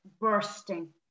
bursting